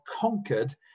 conquered